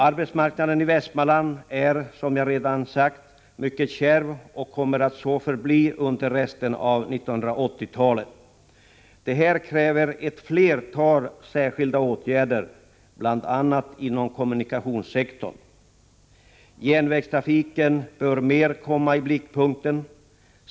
Arbetsmarknaden i Västmanland är, som jag redan sagt, mycket kärv och kommer att så förbli under resten av 1980-talet. Detta kräver ett flertal särskilda åtgärder, bl.a. inom kommunikationssektorn. Järnvägstrafiken bör i högre grad komma i blickpunkten.